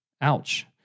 Ouch